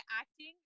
acting